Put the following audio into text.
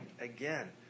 again